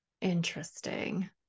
Interesting